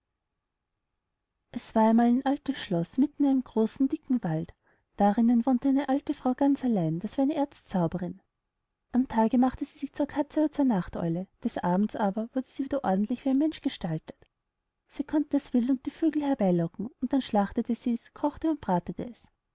es war einmal ein altes schloß mitten in einem großen dicken wald darinnen wohnte eine alte frau ganz allein das war eine erzzauberin am tage machte sie sich zur katze oder zu nachteule des abends aber wurde sie wieder ordentlich wie ein mensch gestaltet sie konnte das wild und die vögel herbeilocken und dann schlachtete sie's kochte und bratete es